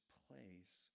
place